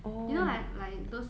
you know like like those